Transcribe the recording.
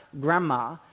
grandma